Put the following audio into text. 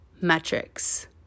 metrics